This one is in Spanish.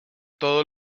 todos